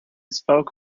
spoke